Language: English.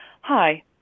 Hi